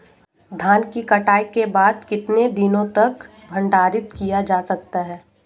धान की कटाई के बाद कितने दिनों तक भंडारित किया जा सकता है?